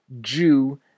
Jew